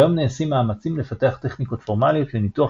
כיום נעשים מאמצים לפתח טכניקות פורמליות לניתוח